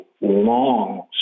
long